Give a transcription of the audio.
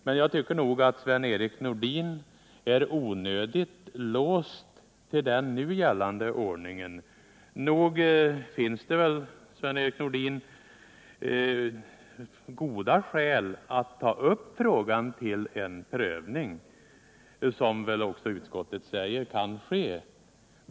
Men jag tycker att Sven-Erik Nordin är onödigt låst till den nu gällande ordningen. Nog finns det väl, Sven-Erik Nordin, goda skäl att ta upp frågan till prövning — och utskottet säger också att en sådan prövning kan ske.